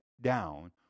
down